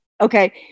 okay